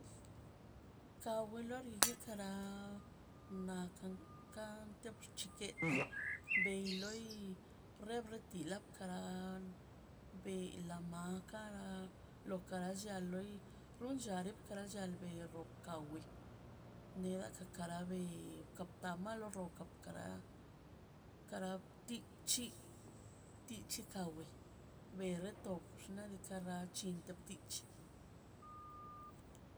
Kara wilo ki kara nakan ka terchibieta bei loi rebri to kara bela makan lo kara llia loi runlla re la karablliaberro kawi nera nekara be na btama lo kara kara bchit bchitik kara wi bere to bxna diikaꞌ chinte tich